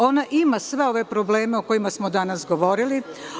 Ona ima sve ove probleme o kojima smo danas govorili.